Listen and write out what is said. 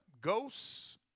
ghosts